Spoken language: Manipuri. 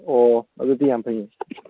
ꯑꯣ ꯑꯗꯨꯗꯤ ꯌꯥꯝ ꯐꯩꯅꯦ